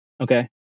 Okay